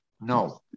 No